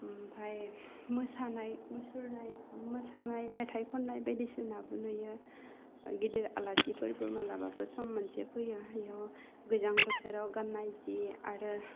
आमफाय मोसानाय मुसुरनाय मोसानाय मेथाइ खन्नाय बायदिसिनाबो नुयो गिदिर आलासिफोरबो मालाबा सम मोनसे फैयो एयाव गोजां बोथोराव गान्नाय जि आरो